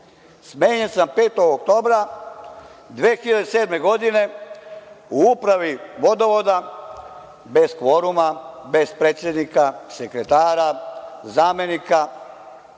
Smenjen sam 5. oktobra 2007. godine u Upravi vodovoda bez kvoruma, bez predsednika, sekretara, zamenika